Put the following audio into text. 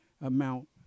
amount